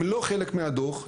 הם לא חלק מהדו"ח,